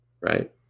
Right